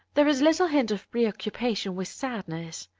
there is little hint of preoccupation with sadness.